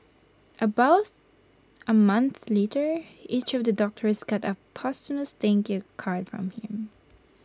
about A month later each of the doctors got A posthumous thank you card from him